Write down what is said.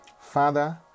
Father